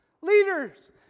leaders